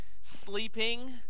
sleeping